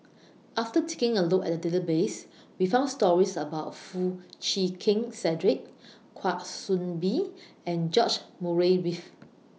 after taking A Look At The Database We found stories about Foo Chee Keng Cedric Kwa Soon Bee and George Murray Reith